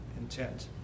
intent